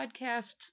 Podcasts